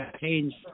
change